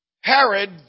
Herod